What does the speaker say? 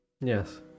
Yes